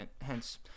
Hence